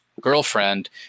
girlfriend